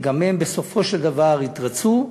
וגם הם בסופו של דבר התרצו,